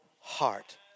heart